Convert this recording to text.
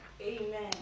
Amen